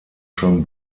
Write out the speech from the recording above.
schon